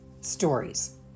stories